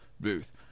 ruth